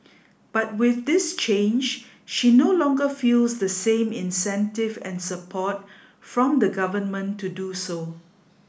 but with this change she no longer feels the same incentive and support from the government to do so